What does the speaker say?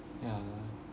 yea